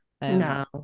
No